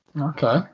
Okay